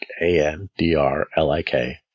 A-N-D-R-L-I-K